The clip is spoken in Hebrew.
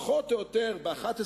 פחות או יותר ב-11:30,